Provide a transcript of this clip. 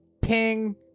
Ping